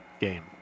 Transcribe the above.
game